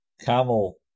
Camel